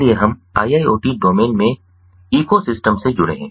इसलिए हम IIoT domain में इकोसिस्टम से जुड़े हैं